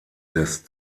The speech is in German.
des